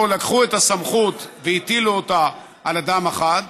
פה לקחו את הסמכות והטילו אותה על אדם אחד,